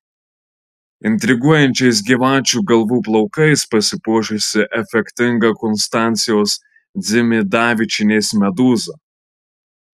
intriguojančiais gyvačių galvų plaukais pasipuošusi efektinga konstancijos dzimidavičienės medūza